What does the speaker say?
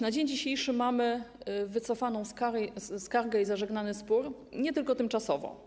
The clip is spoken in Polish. Na dzień dzisiejszy mamy wycofaną skargę i zażegnany spór, nie tylko tymczasowo.